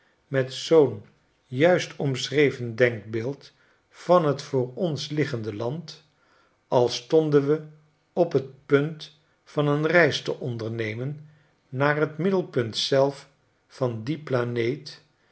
met zoo'n juist omschreven denkbeeld van t voor ons liggende land als stonden we op t punt van een reis te onderrjemen naar t middelpunt zelf van die planeet